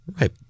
Right